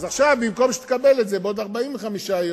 אז עכשיו, במקום שתקבל את זה בעוד 45 יום,